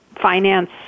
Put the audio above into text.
finance